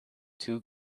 two